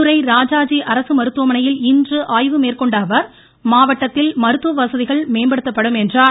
மதுரை ராஜாஜி அரசு மருத்துவமனையில் இன்று ஆய்வு மேற்கொண்ட அவர் மாவட்டத்தில் மருத்துவ வசதிகள் மேம்படுத்தப்படும் என்றார்